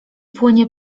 płynie